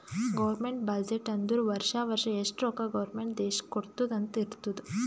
government budget ಅಂದುರ್ ವರ್ಷಾ ವರ್ಷಾ ಎಷ್ಟ ರೊಕ್ಕಾ ಗೌರ್ಮೆಂಟ್ ದೇಶ್ಕ್ ಕೊಡ್ತುದ್ ಅಂತ್ ಇರ್ತುದ್